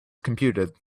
computed